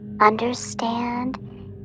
understand